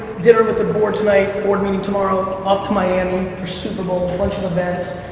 dinner with the board tonight. board meeting tomorrow. off to miami for super bowl. bunch of events,